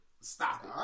Stop